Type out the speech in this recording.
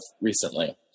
recently